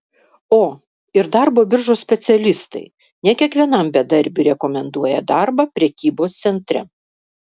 o ir darbo biržos specialistai ne kiekvienam bedarbiui rekomenduoja darbą prekybos centre